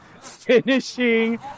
finishing